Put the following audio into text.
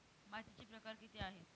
मातीचे प्रकार किती आहेत?